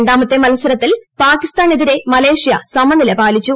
രണ്ടാമത്തെ മത്സരത്തിൽ പാകിസ്ഥാനെതിരെ മലേഷ്യ സമനില പാലിച്ചു